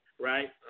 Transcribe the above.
right